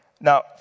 Now